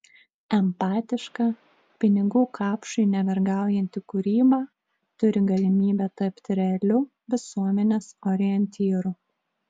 empatiška pinigų kapšui nevergaujanti kūryba turi galimybę tapti realiu visuomenės orientyru